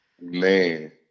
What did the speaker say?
man